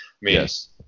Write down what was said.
Yes